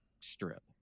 strip